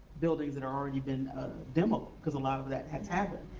buildings that are already been demoed, cause a lot of that has happened?